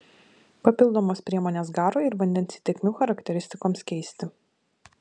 papildomos priemonės garo ir vandens įtekmių charakteristikoms keisti